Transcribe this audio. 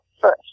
first